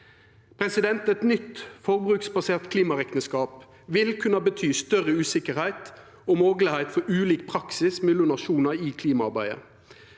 Eit nytt forbruksbasert klimarekneskap vil kunna bety større usikkerheit og moglegheit for ulik praksis mellom nasjonar i klimaarbeidet.